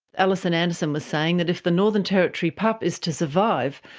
alison anderson was saying that if the northern territory pup is to survive,